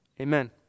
amen